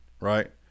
right